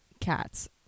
cats